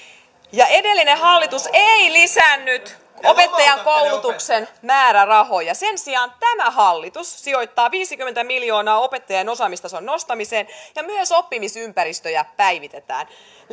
edellinen hallitus ei lisännyt opettajankoulutuksen määrärahoja sen sijaan tämä hallitus sijoittaa viisikymmentä miljoonaa opettajien osaamistason nostamiseen ja myös oppimisympäristöjä päivitetään